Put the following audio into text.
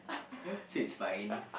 so it's fine